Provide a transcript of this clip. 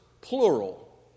plural